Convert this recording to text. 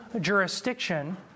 jurisdiction